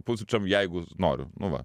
pusryčiams jeigu noriu nu va